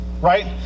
right